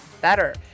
better